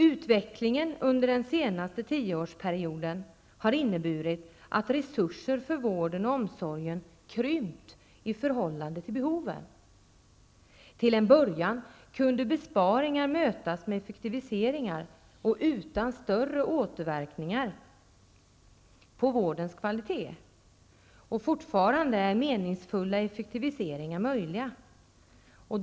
Utvecklingen under den senaste tioårsperioden har inneburit att resurser för vården och omsorgen krympt i förhållande till behoven. Till en början kunde besparingar mötas med effektiviseringar och utan större återverkningar på vårdens kvalitet. Fortfarande är meningsfulla effektiviseringar möjliga.